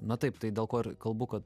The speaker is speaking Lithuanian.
na taip tai dėl ko ir kalbu kad